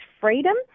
freedom